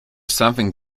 something